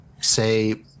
say